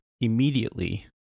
immediately